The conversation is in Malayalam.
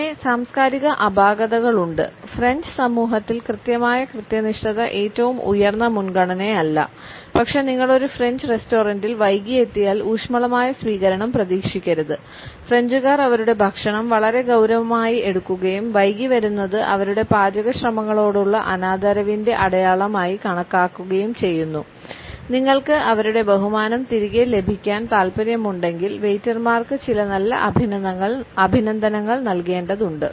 പിന്നെ സാംസ്കാരിക അപാകതകൾ ഉണ്ട് ഫ്രഞ്ച് സമൂഹത്തിൽ കൃത്യമായ കൃത്യനിഷ്ഠത ഏറ്റവും ഉയർന്ന മുൻഗണനയല്ല പക്ഷേ നിങ്ങൾ ഒരു ഫ്രഞ്ച് റെസ്റ്റോറന്റിൽ വൈകി എത്തിയാൽ ഊഷ്മളമായ സ്വീകരണം പ്രതീക്ഷിക്കരുത് ഫ്രഞ്ചുകാർ അവരുടെ ഭക്ഷണം വളരെ ഗൌരവമായി എടുക്കുകയും വൈകി വരുന്നത് അവരുടെ പാചക ശ്രമങ്ങളോടുള്ള അനാദരവിന്റെ അടയാളമായി കണക്കാക്കുകയും ചെയ്യുന്നു നിങ്ങൾക്ക് അവരുടെ ബഹുമാനം തിരികെ ലഭിക്കാൻ താൽപ്പര്യമുണ്ടെങ്കിൽ വെയിറ്റർമാർക്ക് ചില നല്ല അഭിനന്ദനങ്ങൾ നൽകേണ്ടതുണ്ട്